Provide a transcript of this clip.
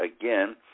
again